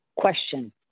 Question